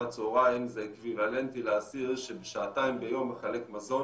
הצהריים זה אקוויוולנטי לאסיר ששעתיים ביום מחלק מזון?